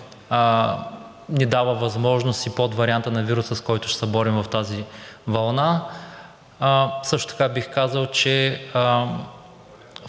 ни дава възможност и подвариантът на вируса, с който ще се борим в тази вълна. Също така бих казал, че